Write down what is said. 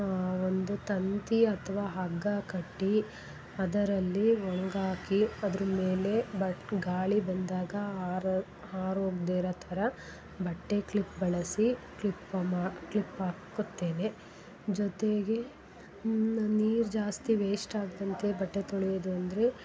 ಒಂದು ತಂತಿ ಅಥ್ವ ಹಗ್ಗ ಕಟ್ಟಿ ಅದರಲ್ಲಿ ಒಣ್ಗಾಕಿ ಅದ್ರ ಮೇಲೆ ಬಟ್ ಗಾಳಿ ಬಂದಾಗ ಆರೋ ಆರೋಗ್ದಿರೊ ಥರ ಬಟ್ಟೆ ಕ್ಲಿಪ್ ಬಳಸಿ ಕ್ಲಿಪ್ ಮ ಕ್ಲಿಪ್ ಹಾಕುತ್ತೇನೆ ಜೊತೆಗೆ ನಾನು ನೀರು ಜಾಸ್ತಿ ವೇಸ್ಟ್ ಆಗ್ದಂತೆ ಬಟ್ಟೆ ತೊಳಿಯೋದು ಅಂದರೆ